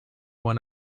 when